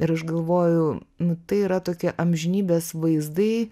ir aš galvoju nu tai yra tokie amžinybės vaizdai